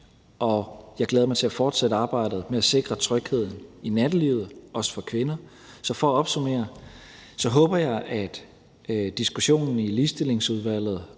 og jeg glæder mig til at fortsætte arbejdet med at sikre trygheden i nattelivet, også for kvinder. Så for at opsummere håber jeg, at diskussionen i Ligestillingsudvalget